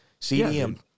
CDM